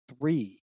three